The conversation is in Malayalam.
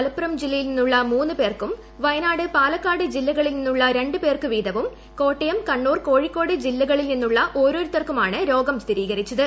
മലപ്പുറം ജില്ലയിൽ നിന്നുള്ള മൂന്ന് പേർക്കും വയനാട് പാലക്കാട് ജില്ലകളിൽ നിന്നുള്ള രണ്ട് പേർക്കു വീതവും കോട്ടയം കണ്ണൂർ കോഴിക്കോട് ജില്ലകളിൽ നിന്നുള്ള ഓരോരുത്തർക്കുമാണ് രോഗം സ്ഥിരീകരിച്ചത്